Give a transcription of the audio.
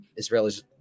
israelis